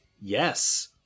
Yes